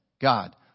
God